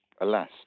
alas